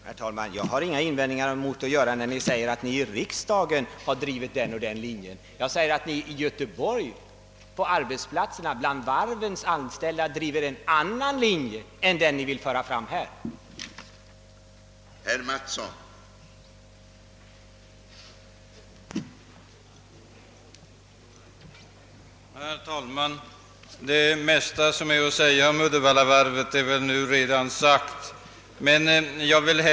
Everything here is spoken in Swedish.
Herr talman! Jag har ingen invändning att göra när ni säger att ni här i riksdagen har drivit den och den linjen. Jag säger att ni på arbetsplatserna, bland de anställda vid varven i Göteborg, driver en annan linje än den ni för fram här i riksdagen.